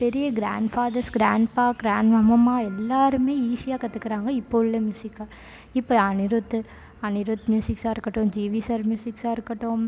பெரிய grand fathers grandpa grand மம்மம்மா எல்லோருமே ஈஸியாக கத்துக்கிறாங்க இப்போ உள்ள மியூசிக்கை இப்போ அனிருத்து அனிருத் மியூசிக்கா இருக்கட்டும் ஜி வி சார் மியூசிக்கா இருக்கட்டும்